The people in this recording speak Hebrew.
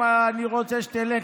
אתה רוצה שאני אלך?